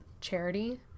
charity